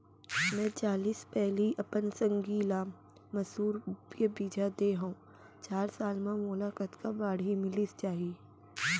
मैं चालीस पैली अपन संगी ल मसूर के बीजहा दे हव चार साल म मोला कतका बाड़ही मिलिस जाही?